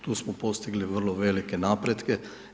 Tu smo postigli vrlo velike napretke.